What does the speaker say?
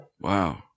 Wow